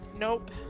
Nope